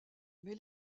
mais